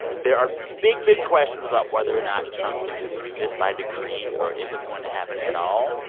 there are big, big questions about whether or not trump can just do this by decree or if it's going to happen at all.